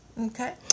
Okay